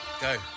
Go